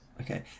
Okay